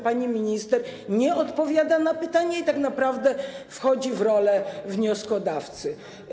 Pani minister nie odpowiada na pytanie i tak naprawdę wchodzi w rolę wnioskodawcy.